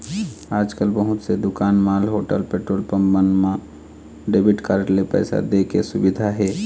आजकाल बहुत से दुकान, मॉल, होटल, पेट्रोल पंप मन म डेबिट कारड ले पइसा दे के सुबिधा हे